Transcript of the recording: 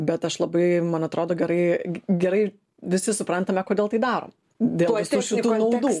bet aš labai man atrodo gerai gerai visi suprantame kodėl tai darom dėl visų šitų naudų